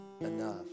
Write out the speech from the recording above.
enough